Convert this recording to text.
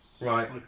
Right